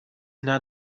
not